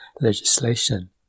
legislation